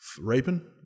Raping